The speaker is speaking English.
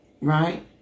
right